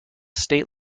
state